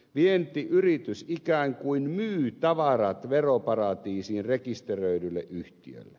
vientiyritys ikään kuin myy tavarat veroparatiisiin rekisteröidylle yhtiölle